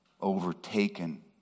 overtaken